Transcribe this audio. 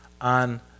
on